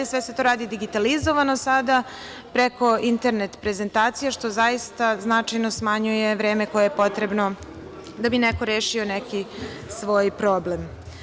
Sve se to radi digitalizovano sada preko internet prezentacije, što značajno smanjuje vreme koje je potrebno da bi neko rešio neki svoj problem.